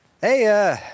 Hey